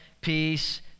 peace